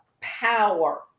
power